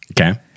Okay